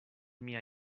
mia